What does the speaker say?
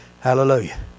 Hallelujah